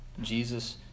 Jesus